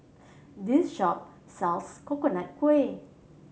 this shop sells Coconut Kuih